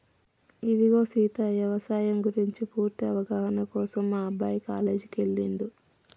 ఇగో సీత యవసాయం గురించి పూర్తి అవగాహన కోసం మా అబ్బాయి కాలేజీకి ఎల్లిండు